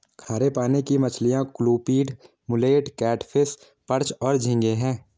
खारे पानी की मछलियाँ क्लूपीड, मुलेट, कैटफ़िश, पर्च और झींगे हैं